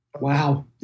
Wow